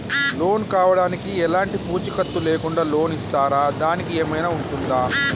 Loan కావడానికి ఎలాంటి పూచీకత్తు లేకుండా లోన్ ఇస్తారా దానికి ఏమైనా ఉంటుందా?